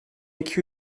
iki